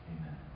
Amen